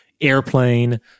Airplane